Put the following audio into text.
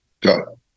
Go